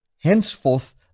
henceforth